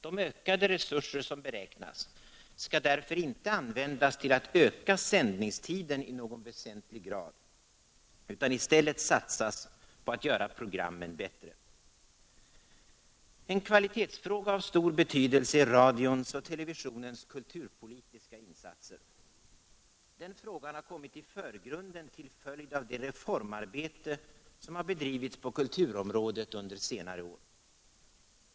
De ökade resurser som beräknas skall därför inte användas till att öka sändningstiden i någon väsentlig grad utan i stället satsas på att göra programmen bättre. En kvalitetsfråga av stor betydelse är radions och televisionens kulturpolitiska insatser. Den frågan har kommit i förgrunden till följd av det reformarbete som bedrivits på kulturområdet under senare år.